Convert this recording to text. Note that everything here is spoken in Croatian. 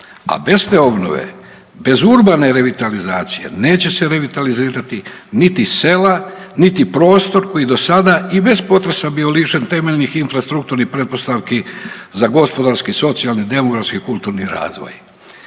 A bez te obnove, bez urbane revitalizacije, neće se revitalizirati niti sela niti prostor koji do sada i bez potresa bio lišen temeljnih infrastrukturnih pretpostavki za gospodarski, socijalni, demografski i kulturni razvoj.